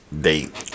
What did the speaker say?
date